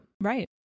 Right